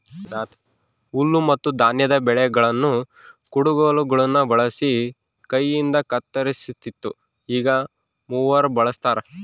ಹುಲ್ಲುಮತ್ತುಧಾನ್ಯದ ಬೆಳೆಗಳನ್ನು ಕುಡಗೋಲುಗುಳ್ನ ಬಳಸಿ ಕೈಯಿಂದಕತ್ತರಿಸ್ತಿತ್ತು ಈಗ ಮೂವರ್ ಬಳಸ್ತಾರ